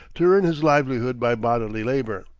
to earn his livelihood by bodily labor.